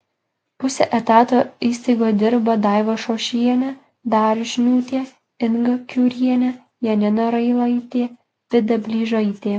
puse etato įstaigoje dirba daiva šošienė darius šniutė inga kiurienė janina railaitė vida blyžaitė